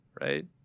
right